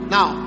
Now